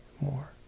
more